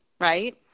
right